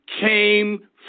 came